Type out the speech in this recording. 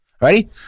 Ready